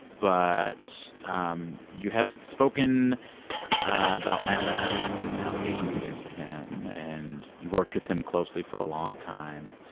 but um you have spoken about matt lauer and the allegations against him. and you worked with him closely for a long time.